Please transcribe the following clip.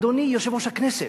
אדוני יושב-ראש הכנסת,